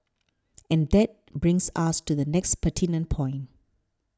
and that brings us to the next pertinent point